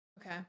Okay